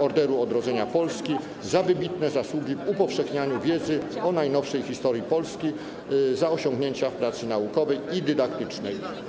Orderu Odrodzenia Polski za wybitne zasługi w upowszechnianiu wiedzy o najnowszej historii Polski, za osiągnięcia w pracy naukowej i dydaktycznej.